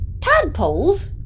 tadpoles